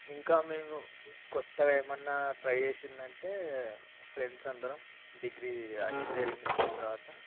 ఇంకా మేము కొత్తగా ఏమన్నా ట్రై చేసిందంటే ఫ్రెండ్స్ అందరం డిగ్రీ ఇంజనీరింగ్ వచ్చిన తర్వాత